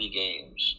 games